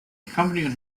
accompanied